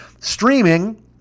streaming